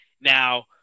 Now